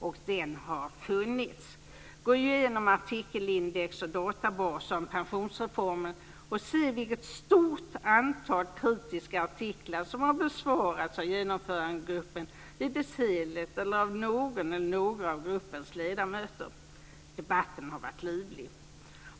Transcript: Och sådan har funnits! Gå igenom artikelindex och databaser om pensionsreformen, och se vilket stort antal kritiska artiklar som har besvarats av Genomförandegruppen i sin helhet eller av någon eller några av gruppens ledamöter. Debatten har varit livlig!